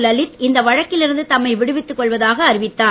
லலித் இந்த வழக்கிலிருந்து தம்மை விடுவித்துக்கொள்வதாக அறிவித்தார்